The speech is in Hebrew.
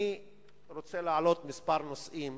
אני רוצה להעלות כמה נושאים,